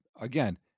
again